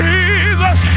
Jesus